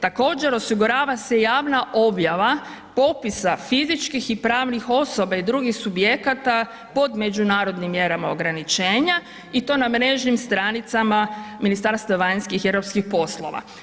Također osigurava se javna objava popisa fizičkih i pravnih osoba i drugih subjekata pod međunarodnom mjerama ograničenja i to na mrežnim stranicama Ministarstva vanjskih i europskih poslova.